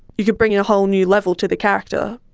you could bring a whole new level to the character,